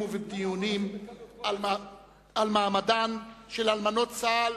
ובדיונים על מעמדן של אלמנות צה"ל